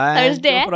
Thursday